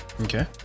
Okay